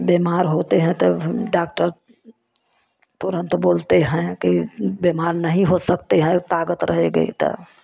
बीमार होते हैं तब हम डाक्टर तुरंत बोलते हैं कि बीमार नहीं हो सकते हैं ताकत रहेगी